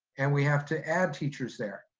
and we have to add teachers there.